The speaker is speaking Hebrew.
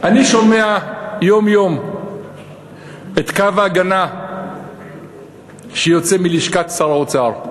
אני שומע יום-יום את קו ההגנה שיוצא מלשכת שר האוצר.